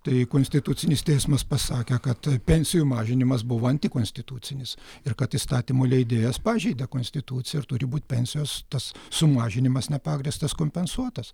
tai konstitucinis teismas pasakė kad pensijų mažinimas buvo antikonstitucinis ir kad įstatymų leidėjas pažeidė konstituciją ir turi būt pensijos tas sumažinimas nepagrįstas kompensuotas